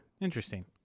Interesting